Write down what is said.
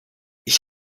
ich